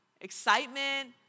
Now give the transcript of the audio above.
excitement